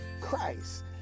Christ